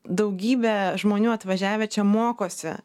daugybė žmonių atvažiavę čia mokosi